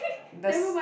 the